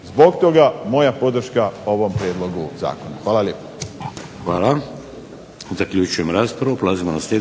Zbog toga moja podrška ovom prijedlogu zakona. Hvala lijepo.